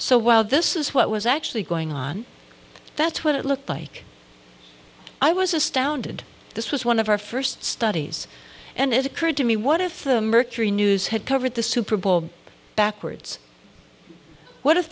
so while this is what was actually going on that's what it looked like i was astounded this was one of our first studies and it occurred to me what if the mercury news had covered the superbowl backwards what if